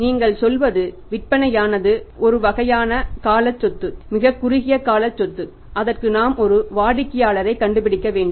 நீங்கள் சொல்லு விற்பனையானது ஒரு வகையான கால சொத்து மிகக் குறுகிய கால சொத்து அதற்கு நாம் ஒரு வாடிக்கையாளரைக் கண்டுபிடிக்க வேண்டும்